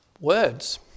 words